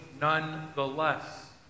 nonetheless